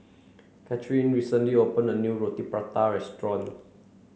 Cathrine recently opened a new Roti Prata restaurant